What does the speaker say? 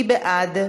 מי בעד?